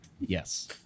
yes